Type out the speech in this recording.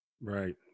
Right